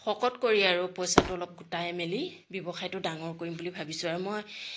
শকত কৰি আৰু পইচাটো অলপ গোটাই মেলি ব্যৱসায়টো ডাঙৰ কৰিম বুলি ভাবিছোঁ আৰু মই